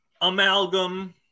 amalgam